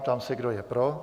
Ptám se, kdo je pro.